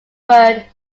word